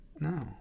No